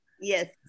yes